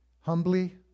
humbly